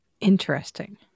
Interesting